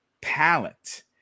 palette